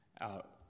out